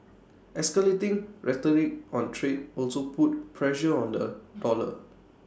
escalating rhetoric on trade also put pressure on the dollar